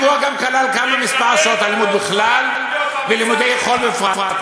הדיווח כלל גם את מספר שעות הלימוד בכלל וללימודי חול בפרט.